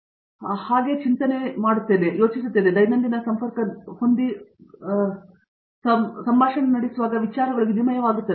Satyanarayana N Gummadi ಹಾಗಾಗಿ ನಾನು ಈ ಚಿಂತನೆಯಲ್ಲಿ ಯೋಚಿಸುತ್ತೇನೆ ಇದು ದೈನಂದಿನ ಸಂಪರ್ಕವನ್ನು ಹೊಂದಿದೆ ಮತ್ತು ನಿಮ್ಮನ್ನು ನೋಡುವುದು ಮತ್ತು ಏನು ನಡೆಯುತ್ತಿದೆ